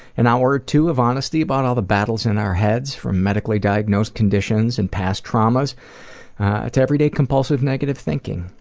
an hour or two of honesty about all the battles in our heads, from medically diagnosed conditions and past traumas to everyday compulsive negative thinking.